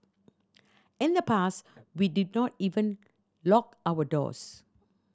in the past we did not even lock our doors